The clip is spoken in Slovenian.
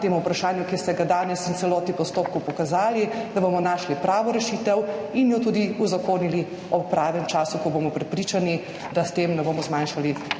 tem vprašanju, ki ste jo danes in v celotnem postopku pokazali, našli pravo rešitev in jo tudi uzakonili ob pravem času, ko bomo prepričani, da s tem ne bomo zmanjšali